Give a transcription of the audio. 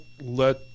let